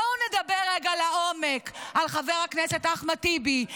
בואו נדבר רגע לעומק על חבר הכנסת אחמד טיבי,